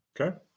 Okay